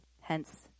hence